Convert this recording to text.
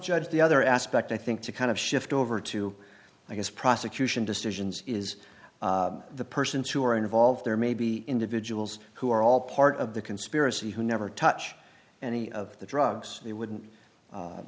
judge the other aspect i think to kind of shift over to i guess prosecution decisions is the persons who are involved there may be individuals who are all part of the conspiracy who never touch any of the drugs they wouldn't